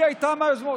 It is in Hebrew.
היא הייתה מהיוזמות.